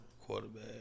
quarterback